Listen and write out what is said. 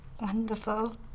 Wonderful